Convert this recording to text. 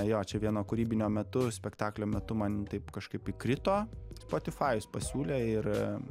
jo čia vieno kūrybinio metu spektaklio metu man taip kažkaip įkrito spotifajus pasiūlė ir